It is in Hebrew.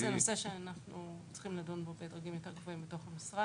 זה נושא שאנחנו צריכים לדון בו בדרגים יותר גבוהים בתוך המשרד.